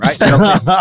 right